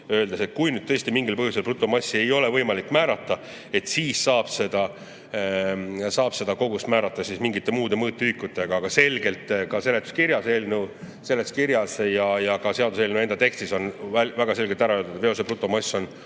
öeldes, et kui tõesti mingil põhjusel brutomassi ei ole võimalik määrata, siis saab seda kogust määrata mingite muude mõõtühikutega. Aga ka eelnõu seletuskirjas ja ka seaduseelnõu enda tekstis on väga selgelt ära öeldud, et veose brutomass on